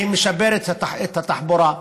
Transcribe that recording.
היא משפרת את התחבורה,